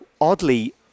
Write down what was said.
Oddly